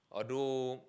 although